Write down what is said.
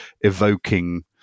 evoking